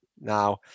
Now